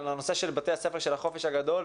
על הנושא של בתי הספר של החופש הגדול.